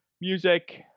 music